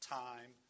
time